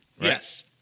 Yes